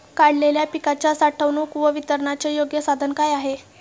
काढलेल्या पिकाच्या साठवणूक व वितरणाचे योग्य साधन काय?